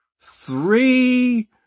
Three